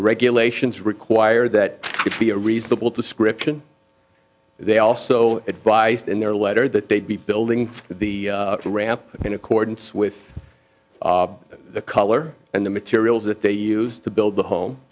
the regulations require that it be a reasonable description they also advised in their letter that they'd be building the ramp in accordance with the color and the materials that they used to build the home